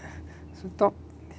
talk